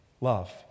love